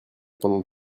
pendant